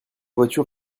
voiture